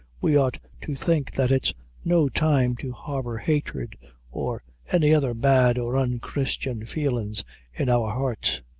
we ought to think that it's no time to harbor hatred or any other bad or unchristian feelin's in our hearts!